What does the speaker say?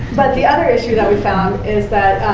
but the other issue that we found is that,